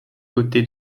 côté